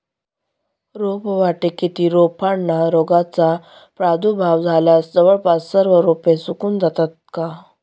रोपवाटिकेतील रोपांना रोगाचा प्रादुर्भाव झाल्यास जवळपास सर्व रोपे सुकून जातात का?